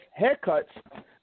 haircuts